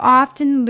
often